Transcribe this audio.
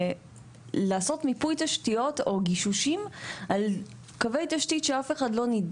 לעשות מיפוי תשתיות או גישושים על קווי תשתית שאף אחד לא,